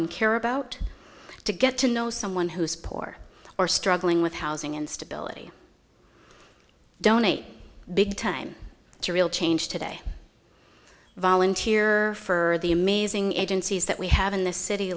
and care about to get to know someone who is poor or struggling with housing instability donate big time to real change today volunteer for the amazing agencies that we have in this city